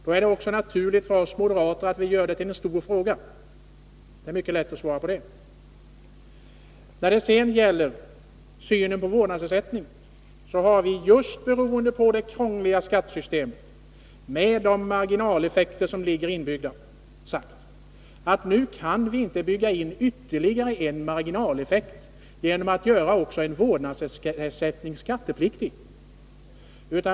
Då är det också naturligt för oss moderater att göra skatten till en stor fråga. Beträffande vårdnadsersättningen har vi — just beroende på det krångliga skattesystemet, med de marginaleffekter som ligger inbyggda — sagt att vi nu inte kan bygga in ytterligare marginaleffekter genom att göra en vårdnadsersättning skattepliktig.